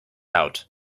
out